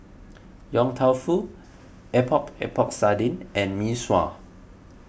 Yong Tou Foo Epok Epok Sardin and Mee Sua